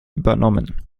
übernommen